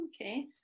Okay